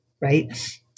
right